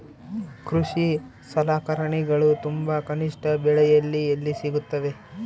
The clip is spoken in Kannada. ಕೃಷಿ ಸಲಕರಣಿಗಳು ತುಂಬಾ ಕನಿಷ್ಠ ಬೆಲೆಯಲ್ಲಿ ಎಲ್ಲಿ ಸಿಗುತ್ತವೆ?